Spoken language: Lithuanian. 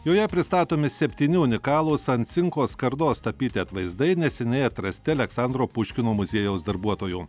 joje pristatomi septyni unikalūs ant cinko skardos tapyti atvaizdai neseniai atrasti aleksandro puškino muziejaus darbuotojų